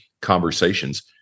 conversations